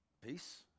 peace